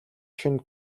шинэ